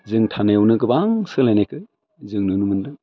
जों थानायावनो गोबां सोलायनायखौ जों नुनो मोनदों